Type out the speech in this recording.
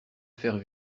faire